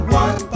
one